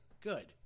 Good